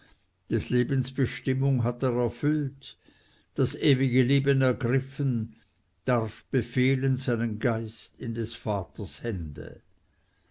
des lebens bestimmung hat er erfüllt das ewige leben ergriffen darf befehlen seinen geist in des vaters hände